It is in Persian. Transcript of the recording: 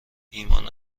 ایمان